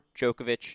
Djokovic